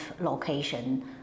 location